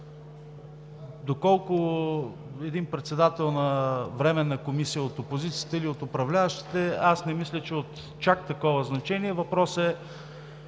Доколко един председател на временна комисия е от опозицията или от управляващите, аз не мисля, че е от чак такова значение. По-важният